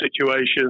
situations